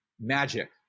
magic